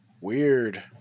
weird